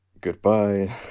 goodbye